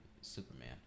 Superman